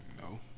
No